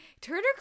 Turner